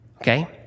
okay